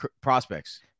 prospects